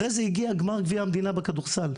אחרי זה הגיע גמר גביע המדינה בכדורסל.